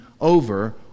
over